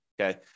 Okay